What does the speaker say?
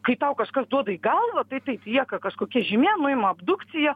kai tau kažkas duoda į galvą tai taip lieka kažkokia žymė nuima abdukciją